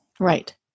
Right